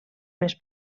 més